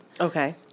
Okay